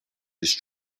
his